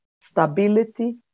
stability